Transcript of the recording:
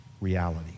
reality